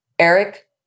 Eric